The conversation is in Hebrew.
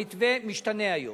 המתווה משתנה היום.